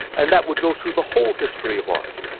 and that would go through the whole history of art.